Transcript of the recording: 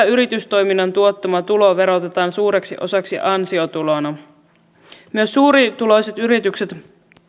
yritystoiminnan tuottama tulo verotetaan suureksi osaksi ansiotulona myös suurituloiset yritykset